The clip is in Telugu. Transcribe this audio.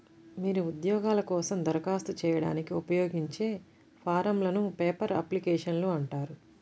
మీరు ఉద్యోగాల కోసం దరఖాస్తు చేయడానికి ఉపయోగించే ఫారమ్లను పేపర్ అప్లికేషన్లు అంటారు